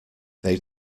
they